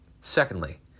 Secondly